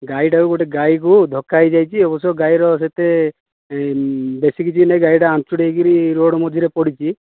ଗାଈ ଟା କୁ ଗୋଟେ ଗାଈ କୁ ଧକା ହେଇଯାଇଛି ଅବଶ୍ୟ ଗାଈ ର ସେତେ ବେଶୀ କିଛି ଗାଈ ର ଆନଞ୍ଚୁଡ଼ି ହେଇକିରି ରୋଡ଼ ମଝିରେ ପଡ଼ିଛି